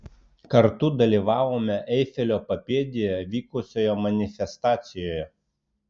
kartu dalyvavome eifelio papėdėje vykusioje manifestacijoje